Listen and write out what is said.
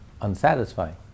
unsatisfying